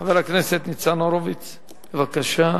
חבר הכנסת ניצן הורוביץ, בבקשה.